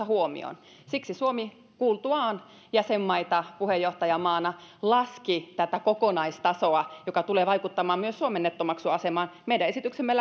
huomioon siksi suomi kuultuaan jäsenmaita puheenjohtajamaana laski tätä kokonaistasoa mikä tulee vaikuttamaan myös suomen nettomaksuasemaan meidän esityksemme